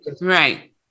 Right